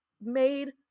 made